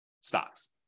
stocks